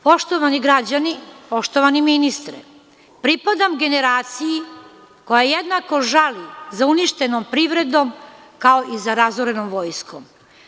Poštovani ministre, pripadam generaciji koja jednako žali za uništenom privredom kao i za razorenom vojskom.